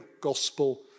gospel